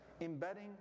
Embedding